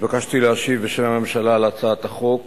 נתבקשתי להשיב בשם הממשלה על הצעת החוק